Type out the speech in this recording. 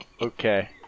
Okay